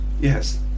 yes